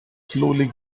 slowly